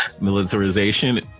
militarization